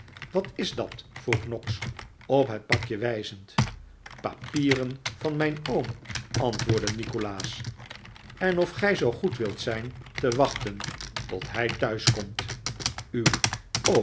wat is dat vroeg noggs op het pakje wijzend papieren van mijn oom antwoordde nikolaas en of gij zoo goed wilt zijn te wachten tot hij thuis komt uw